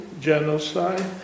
genocide